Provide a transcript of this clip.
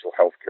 healthcare